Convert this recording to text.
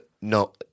No